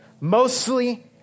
mostly